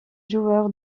joueur